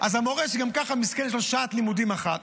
אז המורה, שגם ככה, מסכן, יש לו שעת לימודים אחת,